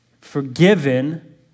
forgiven